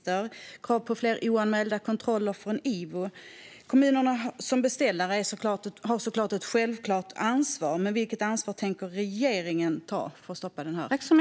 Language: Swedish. Kommer ni att ställa krav på IVO om fler oanmälda kontroller? Kommunerna som beställare har såklart ett självklart ansvar, men vilket ansvar tänker regeringen ta för att stoppa den här tortyren?